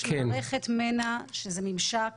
יש מערכת מנע שזה ממשק